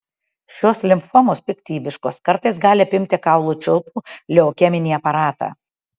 šios limfomos piktybiškos kartais gali apimti kaulų čiulpų leukeminį aparatą